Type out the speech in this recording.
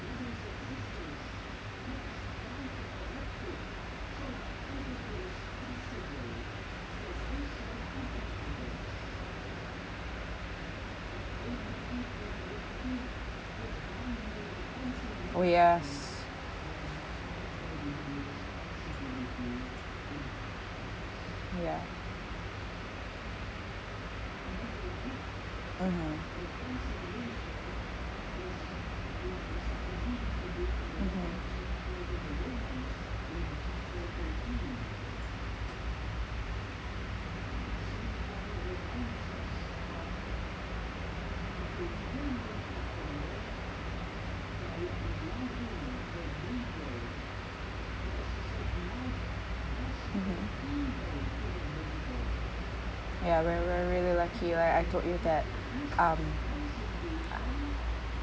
oh yes ya mmhmm mmhmm mmhmm ya very very very really lucky like I told you that um